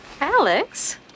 Alex